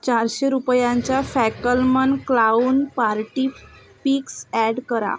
चारशे रुपयांच्या Fackelmann clown party picks add करा